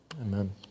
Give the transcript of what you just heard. Amen